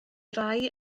rhai